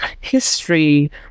history